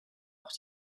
auch